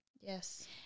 Yes